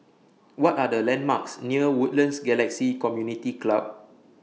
What Are The landmarks near Woodlands Galaxy Community Club